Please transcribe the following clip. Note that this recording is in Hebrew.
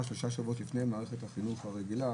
שלושה שבועות לפני שנפתחה מערכת החינוך הרגילה,